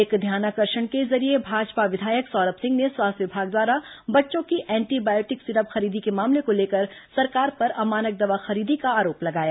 एक ध्यानाकर्षण के जरिये भाजपा विधायक सौरभ सिंह ने स्वास्थ्य विभाग द्वारा बच्चों की एंटीबायोटिक सीरप खरीदी के मामले को लेकर सरकार पर अमानक दवा खरीदी का आरोप लगाया